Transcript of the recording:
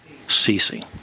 ceasing